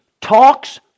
talks